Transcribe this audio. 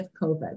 COVID